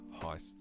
heists